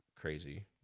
crazy